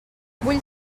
vull